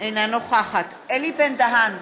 אינה נוכחת אלי בן-דהן,